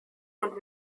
und